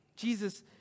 Jesus